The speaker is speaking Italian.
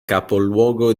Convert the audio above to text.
capoluogo